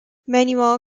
manuel